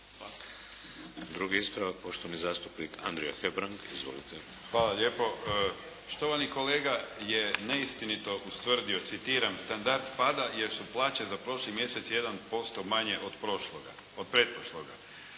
Drugi ispravak poštovani zastupnik Andrija Hebrang. Izvolite! **Hebrang, Andrija (HDZ)** Hvala lijepo. Štovani kolega je neistinito ustvrdio citiram: "… standard pada jer su plaće za prošli mjesec za 1% manje od prošloga, pretprošloga…".